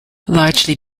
largely